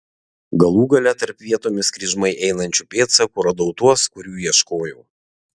galų gale tarp vietomis kryžmai einančių pėdsakų radau tuos kurių ieškojau